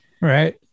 Right